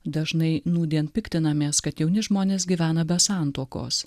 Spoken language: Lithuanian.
dažnai nūdien piktinamės kad jauni žmonės gyvena be santuokos